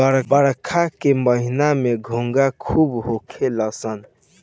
बरखा के महिना में घोंघा खूब होखेल सन